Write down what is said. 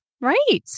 Right